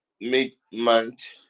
mid-month